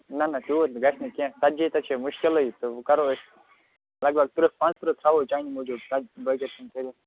نہَ نہَ تیٛوٗت گَژھِ نہٕ کیٚنٛہہ ژتجی تہِ چھِ مُشکِلٕے تہٕ وۅں کَرو أسۍ لگ بگ تٕرٛہ پانٛژتٕرٛہ تھاوَو چانہِ موٗجوٗب بٲکِر خانہِ کڈِتھ